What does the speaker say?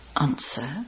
Answer